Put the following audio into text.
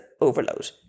overload